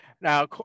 Now